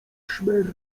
szmer